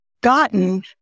gotten